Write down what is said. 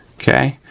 okay.